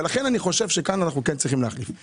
ולכן אני חושב שכאן אנחנו כן צריכים להחליף.